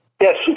Yes